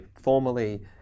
formally